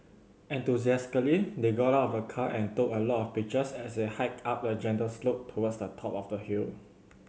enthusiastically they got out of the car and took a lot of pictures as they hiked up a gentle slope towards the top of the hill